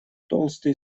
толстый